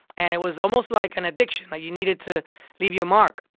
and it was almost like an addiction. you needed to leave your mark.